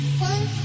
one